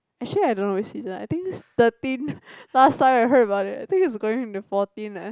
actually I don't which season I think is thirteen last time I heard about it I think it's gonna be the fourteen ah